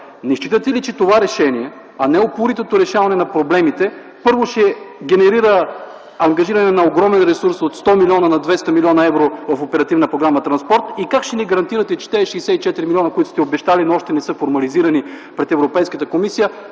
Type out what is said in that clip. Не считате ли, че това решение, а не упоритото решаване на проблемите, ще генерира ангажиране на огромен ресурс от 100 милиона на 200 млн. евро в Оперативна програма „Транспорт” и как ще ни гарантирате, че тези 64 милиона, които сте обещали, но още не са формализирани пред Европейската комисия,